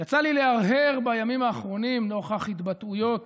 יצא לי להרהר בימים האחרונים, נוכח התבטאויות